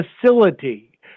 facility